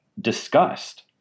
disgust